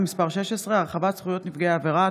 מס' 16) (הרחבת זכויות נפגעי עבירה),